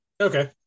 Okay